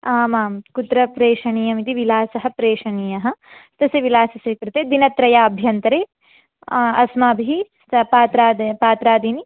आमां कुत्र प्रेषणीयमिति विलासः प्रेषणीयः तस्य विलासस्य कृते दिनत्रयाभ्यन्तरे अस्माभिः स पात्रादयः पात्रादीनि